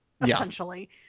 essentially